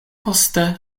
poste